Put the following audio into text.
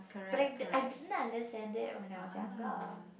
but I di~ I didn't understand it when I was younger